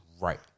Right